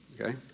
okay